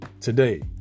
Today